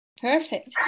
Perfect